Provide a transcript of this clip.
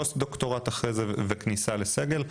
פוסט דוקטורט אחרי זה וכניסה לסגל.